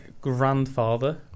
grandfather